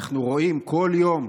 אנחנו רואים בכל יום,